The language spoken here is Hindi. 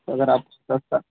अगर आप सस्ता